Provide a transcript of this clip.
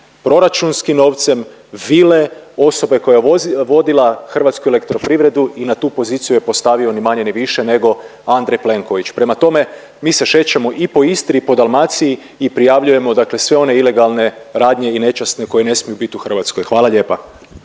proračunskim novcem vile osobe koja je vodila HEP i na tu poziciju ju je postavio ni manje ni više nego Andrej Plenković. Prema tome, mi se šećemo i po Istri i po Dalmaciji i prijavljujemo sve one ilegalne radnje i nečasne koje ne smiju biti u Hrvatskoj. Hvala lijepa.